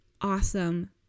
awesome